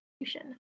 execution